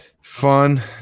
Fun